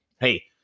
hey